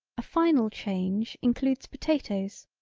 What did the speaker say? a final change includes potatoes.